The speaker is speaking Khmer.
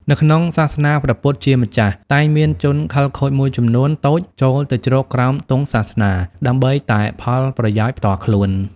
នៅក្នុងសាសនាព្រះពុទ្ធជាម្ចាស់ តែងមានជនខិលខូចមួយចំនួនតូចចូលទៅជ្រកក្រោមទង់សាសនាដើម្បីតែផលប្រយោជន៍ផ្ទាល់ខ្លួន។